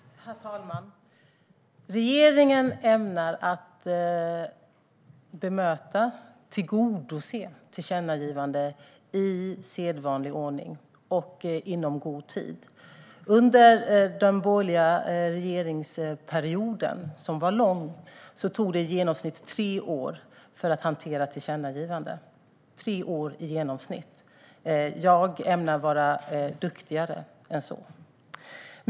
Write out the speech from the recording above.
Herr talman! Regeringen ämnar att bemöta och tillgodose tillkännagivanden i sedvanlig ordning och i god tid. Under den borgerliga regeringsperioden, som var lång, tog det i genomsnitt tre år för att hantera ett tillkännagivande. Jag ämnar vara duktigare än så.